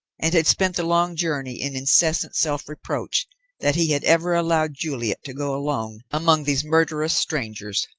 and had spent the long journey in incessant self-reproach that he had ever allowed juliet to go alone among these murderous strangers.